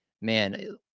man